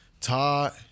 Todd